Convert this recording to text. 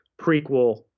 prequel